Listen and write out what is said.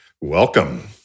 welcome